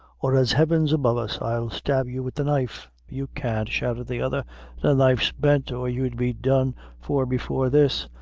or, as heaven's above us, i'll stab you with the knife. you can't, shouted the other the knife's bent, or you'd be done for before this.